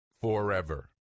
forever